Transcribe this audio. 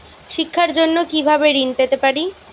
শিক্ষার জন্য কি ভাবে ঋণ পেতে পারি?